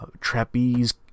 trapeze